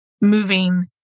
moving